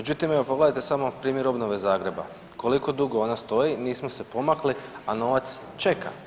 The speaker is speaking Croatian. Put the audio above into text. Međutim, evo pogledajte samo primjer obnove Zagreba koliko dugo ona stoji, nismo se pomakli, a novac čeka.